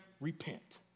repent